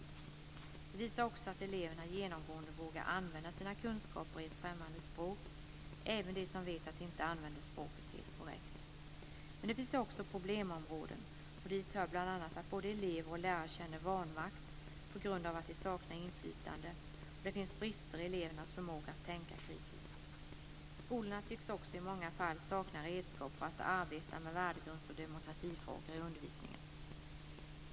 Det visar sig också att eleverna genomgående vågar använda sina kunskaper i ett främmande språk, även de som vet att de inte använder språket helt korrekt. Men det finns också problemområden, och dit hör bl.a. att både elever och lärare känner vanmakt på grund av att de saknar inflytande, och det finns brister i elevernas förmåga att tänka kritiskt. Skolorna tycks också i många fall sakna redskap för att arbeta med värdegrunds och demokratifrågor i undervisningen.